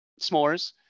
S'mores